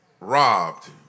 robbed